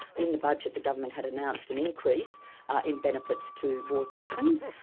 in the budget the government had announced an increase in benefits to war veterans,